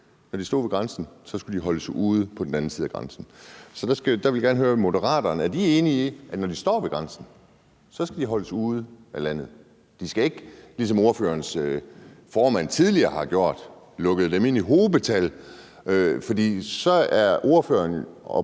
når de stod ved grænsen, skulle de holdes ude på den anden side af grænsen. Så der vil jeg gerne høre, om Moderaterne er enige i, at når de står ved grænsen, skal de holdes ude af landet. Altså, vi skal ikke, ligesom ordførerens formand tidligere har gjort, lukke dem ind i hobetal? For så har ordføreren og